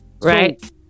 Right